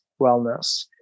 Wellness